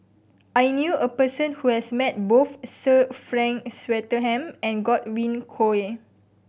I knew a person who has met both Sir Frank Swettenham and Godwin Koay